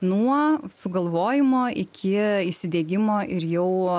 nuo sugalvojimo iki įsidiegimo ir jau